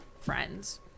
friends